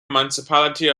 municipality